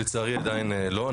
לצערי עדיין לא.